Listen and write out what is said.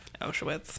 Auschwitz